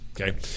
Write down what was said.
Okay